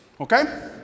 Okay